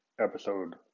episode